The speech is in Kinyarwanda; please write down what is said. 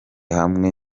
hamwe